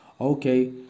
Okay